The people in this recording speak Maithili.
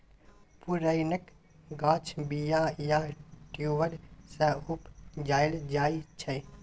पुरैणक गाछ बीया या ट्युबर सँ उपजाएल जाइ छै